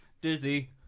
Dizzy